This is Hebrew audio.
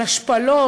על השפלות,